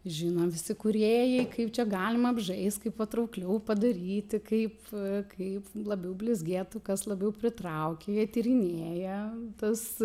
žino visi kūrėjai kaip čia galima apžaist kaip patraukliau padaryti kaip kaip labiau blizgėtų kas labiau pritrauki jie tyrinėja tas